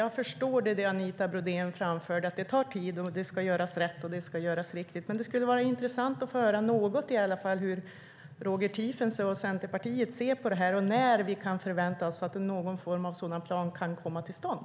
Jag förstår det Anita Brodén framförde, att det tar tid och att det ska göras rätt och riktigt. Det skulle vara intressant att få höra något om hur Roger Tiefensee och Centerpartiet ser på detta. När kan vi förvänta oss att en sådan plan kan komma till stånd?